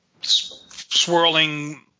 swirling